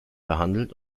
behandelt